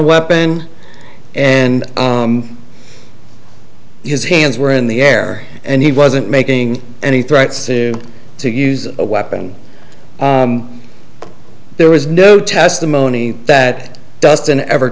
weapon and his hands were in the air and he wasn't making any threats to use a weapon there was no testimony that dustin ever